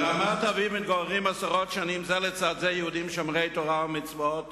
ברמת-אביב מתגוררים עשרות שנים זה לצד זה יהודים שומרי תורה ומצוות